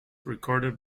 recorded